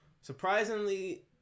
surprisingly